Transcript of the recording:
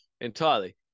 entirely